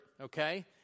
okay